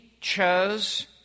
chose